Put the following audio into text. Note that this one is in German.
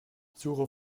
suche